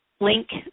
link